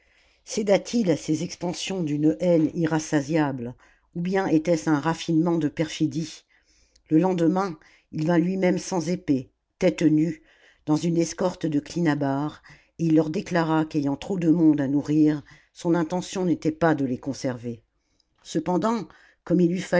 à ces expansions d'une hanie nrassasiable ou bien était-ce un raffinement de perfidie le lendemain il vint lui-même sans épée tête nue dans une escorte de clinabares et il leur déclara qu'ayant trop de monde à nourrir son intention n'était pas de les conserver cependant comme il